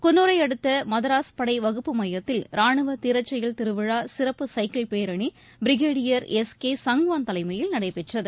குன்னூரையடுத்த மதராஸ் படை வகுப்பு மையத்தில் ராணுவ தீரச்செயல் திருவிழா சிறப்பு சைக்கிள் பேரணி பிரிகேடியர் எஸ் கே சங்வான் தலைமையில் நடைபெற்றது